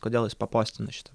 kodėl jis papostino šitą